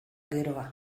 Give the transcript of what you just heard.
geroa